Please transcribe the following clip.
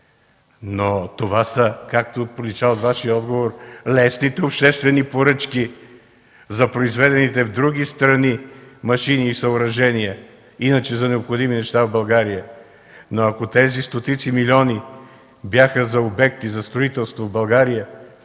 Това, както пролича от Вашия отговор, са лесните обществени поръчки за произведените в други страни машини и съоръжения – иначе за необходими неща в България, но ако тези стотици милиони бяха за обекти за строителство в България,